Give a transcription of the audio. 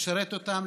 לשרת אותם,